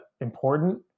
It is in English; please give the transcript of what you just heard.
important